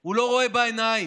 הוא לא רואה בעיניים.